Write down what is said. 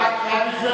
רק לפני כן,